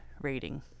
rating